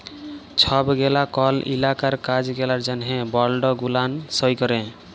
ছব গেলা কল ইলাকার কাজ গেলার জ্যনহে বল্ড গুলান সই ক্যরে